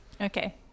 Okay